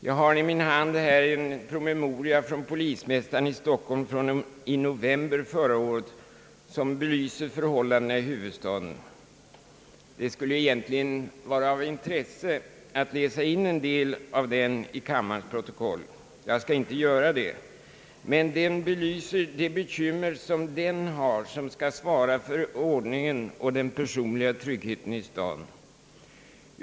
Jag har i min hand en promemoria från polismästaren i Stockholm från november månad förra året. Den bely Anslag till lokala polisorganisationen ser förhållandena i huvudstaden. Det skulle egentligen vara av intresse att läsa in en del av den i kammarens protokoll. Jag skall dock inte göra det. Promemorian belyser de bekymmer som den har som skall svara för ordningen och den personliga tryggheten i huvudstaden.